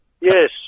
Yes